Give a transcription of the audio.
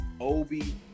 Obi